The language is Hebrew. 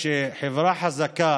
עפר, בצדק, שחברה חזקה